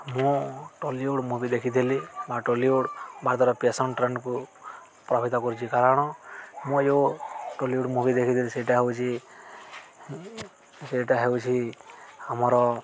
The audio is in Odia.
ମୁଁ ଟଲିଉଡ଼ ମୁଭି ଦେଖିଥିଲି ବା ଟଲିଉଡ଼ ବା ଦ୍ୱାରା ଫେସନ୍ ଟ୍ରେଣ୍ଡକୁ ପ୍ରଭାବିତ କରୁଛି କାରଣ ମୁଁ ଯୋଉ ଟଲିଉଡ଼ ମୁଭି ଦେଖିଥିଲି ସେଇଟା ହେଉଛିି ସେଇଟା ହେଉଛି ଆମର